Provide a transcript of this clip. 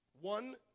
One